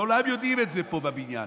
כולם יודעים את זה פה בבניין.